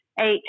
eight